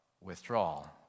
withdrawal